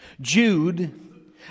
Jude